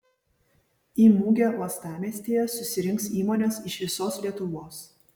į mugę uostamiestyje susirinks įmonės iš visos lietuvos